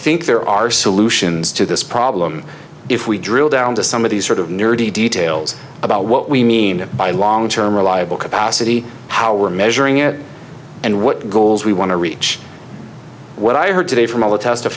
think there are solutions to this problem if we drill down to some of these sort of nerdy details about what we mean by long term reliable capacity how we're measuring it and what goals we want to reach what i heard today from all the